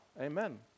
Amen